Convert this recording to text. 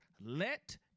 Let